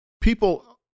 People